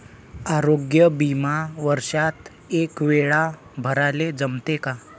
आरोग्य बिमा वर्षात एकवेळा भराले जमते का?